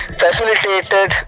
facilitated